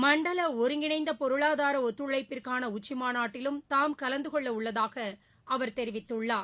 மண்டல ஒருங்கிணைந்த பொருளாதார ஒத்துழைப்பிற்கான தாம் கலந்துகொள்ளவுள்ளதாக அவர் தெரிவித்துள்ளார்